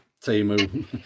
team